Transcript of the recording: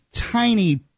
tiny